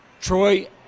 Troy